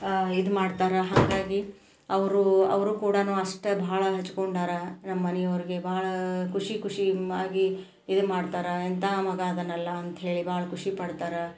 ಇದು ಮಾಡ್ತಾರೆ ಹಾಗಾಗಿ ಅವರೂ ಅವರು ಕೂಡ ಅಷ್ಟೆ ಭಾಳ ಹಚ್ಕೊಂಡಾರೆ ನಮ್ಮ ಮನೆಯೋರ್ಗೆ ಬಹಳ ಖುಷಿ ಖುಷಿ ಆಗಿ ಇದು ಮಾಡ್ತಾರೆ ಎಂಥ ಮಗ ಅದಾನಲ್ಲ ಅಂತಹೇಳಿ ಭಾಳ ಖುಷಿಪಡ್ತಾರೆ